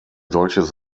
solches